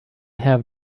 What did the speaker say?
have